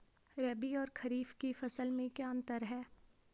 रबी और खरीफ की फसल में क्या अंतर है?